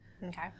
Okay